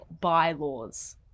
bylaws